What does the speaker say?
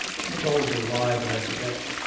she told me why, but i forget.